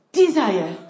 desire